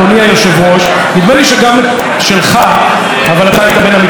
אבל אתה היית בין המתנגדים להתנתקות ולכן אתה מתועד כמתנגד,